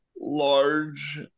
large